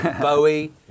Bowie